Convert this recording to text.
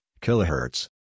kilohertz